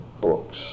books